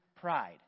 pride